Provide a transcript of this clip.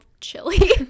chili